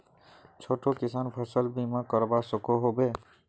छोटो किसान फसल बीमा करवा सकोहो होबे?